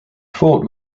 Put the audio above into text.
fort